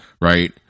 Right